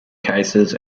cases